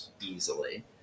easily